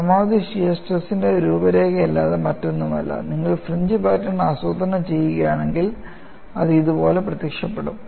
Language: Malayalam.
പരമാവധി ഷിയർ സ്ട്രെസ് ന്റെ രൂപരേഖയല്ലാതെ മറ്റൊന്നുമല്ല നിങ്ങൾ ഫ്രീഞ്ച് പാറ്റേൺ ആസൂത്രണം ചെയ്യുകയാണെങ്കിൽ അത് ഇതുപോലെ പ്രത്യക്ഷപ്പെടും